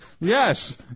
Yes